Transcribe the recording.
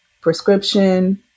prescription